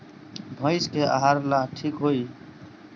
भइस के आहार ला का ठिक होई?